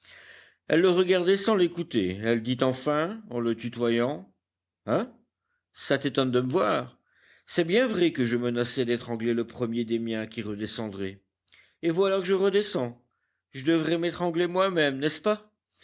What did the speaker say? elle le regardait sans l'écouter elle dit enfin en le tutoyant hein ça t'étonne de me voir c'est bien vrai que je menaçais d'étrangler le premier des miens qui redescendrait et voilà que je redescends je devrais m'étrangler moi-même n'est-ce pas